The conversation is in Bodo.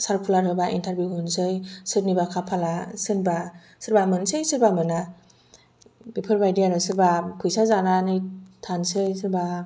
सारकुलार होबा इनटारभिउ होनोसै सोरनिबा खाफाला सोरबा मोननोसै सोरबा मोना बेफोरबादि आरो सोरबा फैसा जानानै थानोसै सोरबा